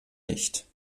nicht